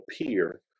appear